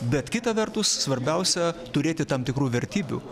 bet kita vertus svarbiausia turėti tam tikrų vertybių